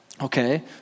Okay